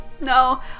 No